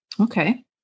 Okay